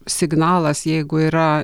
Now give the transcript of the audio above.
signalas jeigu yra